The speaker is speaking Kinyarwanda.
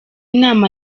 nama